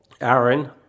Aaron